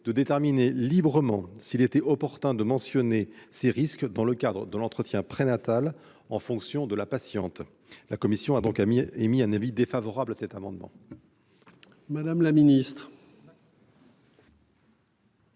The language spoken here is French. de déterminer librement s'il était opportun de mentionner ces risques dans le cadre de l'entretien prénatal, en fonction de sa patiente. La commission a donc émis un avis défavorable sur cet amendement. Quel est